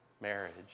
Marriage